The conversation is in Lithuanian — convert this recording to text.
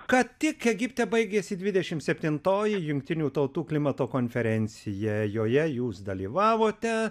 ką tik egipte baigėsi dvidešim septintoji jungtinių tautų klimato konferencija joje jūs dalyvavote